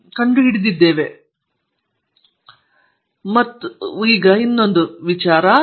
ಹಾಗಾಗಿ ಅವರಲ್ಲಿ ಒಬ್ಬರು ಐಐಟಿ ಹಳೆಯ ವಿದ್ಯಾರ್ಥಿಯಾಗಿದ್ದಾರೆಂದು ಅವರಿಗೆ ಅನೇಕ ಹೆಸರುಗಳಿವೆ